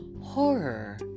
horror